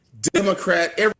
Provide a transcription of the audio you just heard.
Democrat